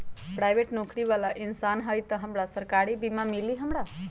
Private नौकरी बाला इंसान हई त हमरा सरकारी बीमा मिली हमरा?